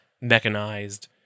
mechanized